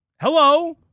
hello